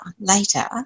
later